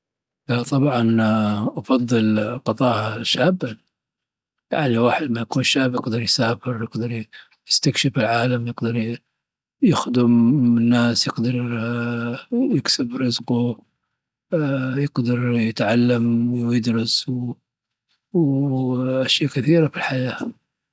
لا طبعا أفضل قضائها شابا. يعني الواحد لما يكون شاب يقدر يسافر، يقدر يستكشف العالم، يقدر يخدم الناس، يكسب رزقه، يقدر يتعلم يدرس وأشياء كثيرة في الحياة.